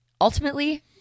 ultimately